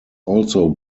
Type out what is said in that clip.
also